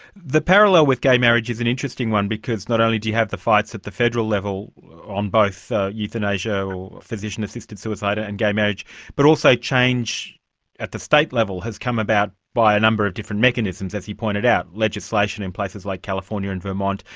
the parallel with gay marriage is an interesting one because not only do you have the fights at the federal level on both so euthanasia or physician assisted suicide and gay marriage but also change at the state level has come about by a number of different mechanisms, as you pointed out, legislation in places like california and vermont,